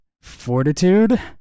fortitude